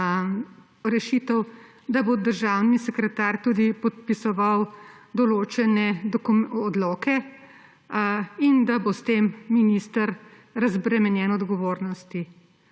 rešitev, da bo državni sekretar tudi podpisoval določene odloke in da bo s tem minister razbremenjen odgovornosti.